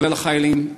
כולל החיילים,